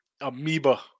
amoeba